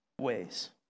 ways